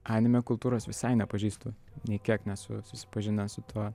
anime kultūros visai nepažįstu nei kiek nesu susipažinęs su tuo